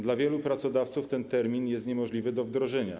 Dla wielu pracodawców ten termin jest niemożliwy do wdrożenia.